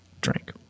drink